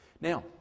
Now